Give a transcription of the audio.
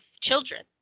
children